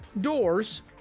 doors